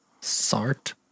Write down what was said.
Sart